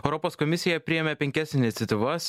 europos komisija priėmė penkias iniciatyvas